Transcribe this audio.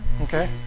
okay